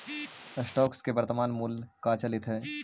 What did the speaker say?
stocks के वर्तनमान मूल्य का चलित हइ